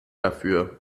dafür